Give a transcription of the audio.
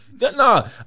Nah